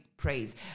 praise